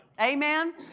Amen